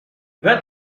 vingt